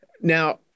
Now